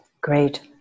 great